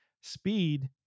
speed